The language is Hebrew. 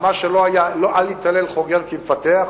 אל יתהלל חוגר כמפתח,